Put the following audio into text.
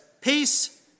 Peace